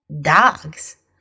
Dogs